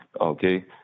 Okay